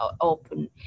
open